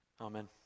Amen